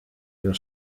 your